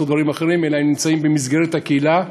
דברים אחרים אלא הם נמצאים במסגרת הקהילה.